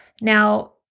Now